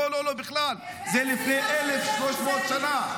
לא לא, בכלל, זה לפני 1,300 שנה.